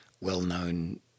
well-known